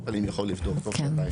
טיפול דרך הווריד.